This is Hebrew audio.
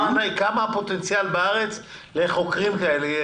מה הפוטנציאל שקיים בארץ לחוקרים כאלה?